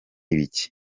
ibiki